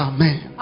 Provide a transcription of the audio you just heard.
Amen